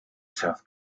south